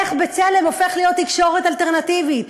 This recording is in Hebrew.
איך "בצלם" הופך להיות תקשורת אלטרנטיבית,